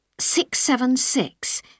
six-seven-six